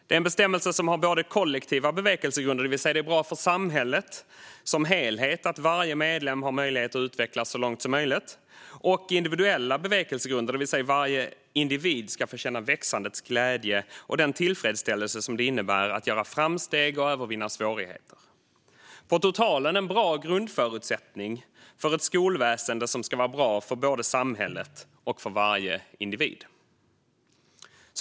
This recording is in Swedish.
Det är en bestämmelse som har både kollektiva bevekelsegrunder, det vill säga att det är bra för samhället som helhet att varje medlem har möjlighet att utvecklas så långt som möjligt, och individuella bevekelsegrunder, det vill säga att varje individ ska få känna växandets glädje och den tillfredsställelse det innebär att göra framsteg och övervinna svårigheter. På totalen är det en bra grundförutsättning för ett skolväsen som ska vara bra både för samhället och för varje individ.